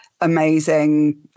amazing